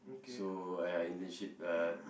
so uh internship uh